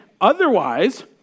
Otherwise